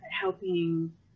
helping